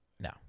no